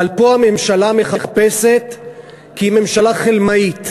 אבל פה הממשלה מחפשת כי היא ממשלה חלמאית.